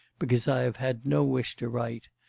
because i have had no wish to write.